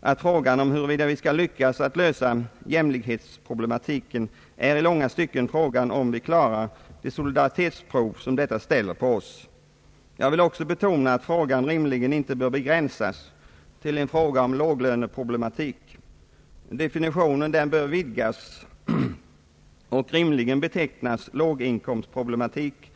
att frågan huruvida vi skall lyckas att lösa jämlikhetsproblematiken i långa stycken beror på om vi klarar det solidaritetsprov som ställs på oss. Jag vill också betona att frågan rimligen inte bör begränsas till ett spörsmål om låglöneproblematik. Definitionen bör vidgas och rimligen betecknas som låginkomstproblematik.